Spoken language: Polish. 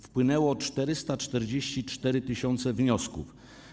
Wpłynęło 444 tys. wniosków.